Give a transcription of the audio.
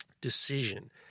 decision